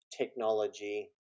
technology